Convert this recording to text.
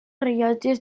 rellotges